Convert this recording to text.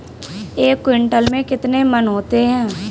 एक क्विंटल में कितने मन होते हैं?